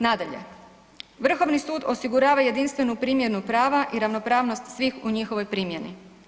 Nadalje, vrhovni sud osigurava jedinstvenu primjenu prava i ravnopravnost svih u njihovoj primjeni.